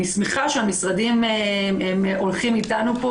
אני שמחה שהמשרדים הולכים אתנו פה